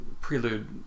prelude